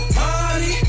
party